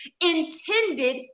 intended